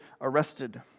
arrested